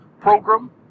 program